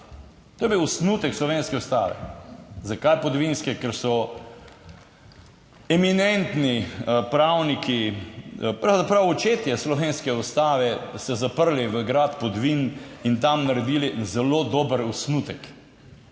To je bil osnutek slovenske ustave. Zakaj podvinske? Ker so eminentni pravniki, pravzaprav očetje slovenske ustave, se zaprli v grad Podvin in tam naredili en zelo dober osnutek,